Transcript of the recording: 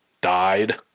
died